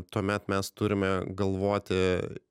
tuomet mes turime galvoti